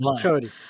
Cody